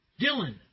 Dylan